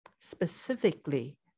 specifically